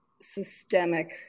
systemic